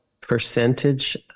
percentage